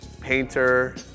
painter